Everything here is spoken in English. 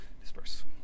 disperse